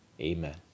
Amen